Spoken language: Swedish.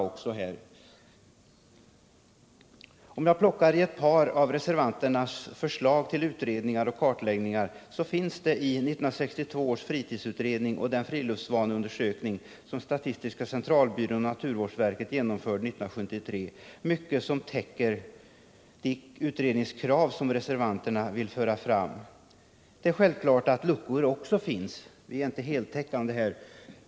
Flera av de utredningskrav som reservanterna för fram finns i 1962 års fritidsutredning och den friluftsvaneundersökning som statistiska centralbyrån och naturvårdsverket genomförde 1973. Självklart finns det luckor — det är inte heltäckande.